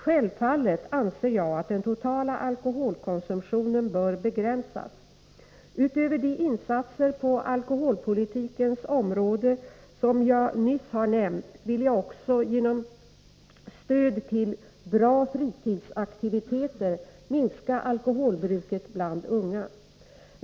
Självfallet anser jag att den totala alkoholkonsumtionen bör begränsas. Utöver de insatser på alkoholpolitikens område som jag nyss har nämnt vill jag också genom stöd till bra fritidsaktiviteter minska alkoholbruket bland unga.